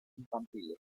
infantiles